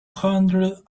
hundred